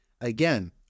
again